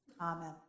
Amen